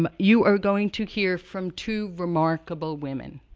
um you are going to hear from two remarkable women.